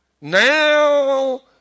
Now